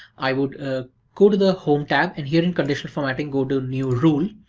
i would ah go to the home tab and here in conditional formatting go to new rule,